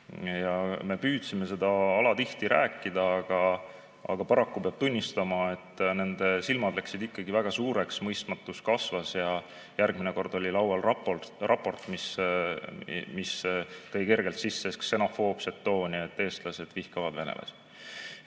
me püüdsime seda alatihti rääkida, aga paraku peab tunnistama, et nende silmad läksid väga suureks, mõistmatus kasvas ja järgmine kord oli laual raport, mis tõi kergelt sisse ksenofoobset tooni, et eestlased vihkavad venelasi.